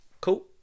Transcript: cool